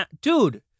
Dude